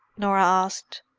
norah asked.